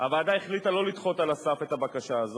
הוועדה החליטה לא לדחות על הסף את הבקשה הזו,